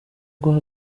guha